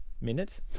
minute